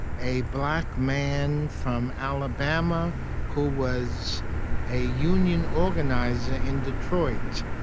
a black man from alabama who was a union organizer in detroit.